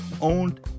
owned